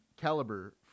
Caliber